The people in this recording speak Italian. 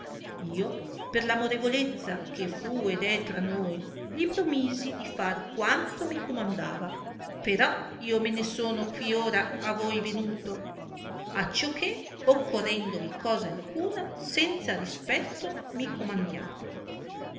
io per l'amorevolezza che fu ed è tra noi gli promisi di far quanto mi comandava però io me ne sono qui ora a voi venuto acciò che occorrendovi cosa alcuna senza rispetto mi comandiate